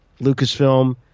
Lucasfilm